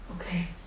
Okay